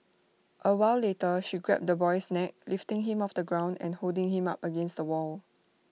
A while later she grabbed the boy's neck lifting him off the ground and holding him up against the wall